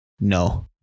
no